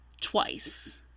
twice